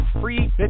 free